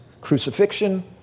crucifixion